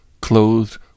clothed